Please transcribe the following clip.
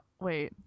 Wait